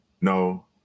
no